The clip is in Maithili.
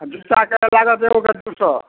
जुत्ताके लागत एगोके दू सए